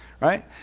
Right